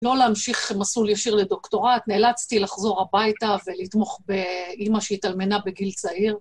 לא להמשיך מסלול ישיר לדוקטורט, נאלצתי לחזור הביתה ולתמוך באימא שהתאלמנה בגיל צעיר.